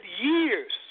years